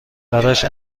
براش